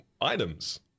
items